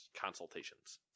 consultations